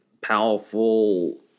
powerful